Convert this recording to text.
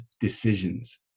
decisions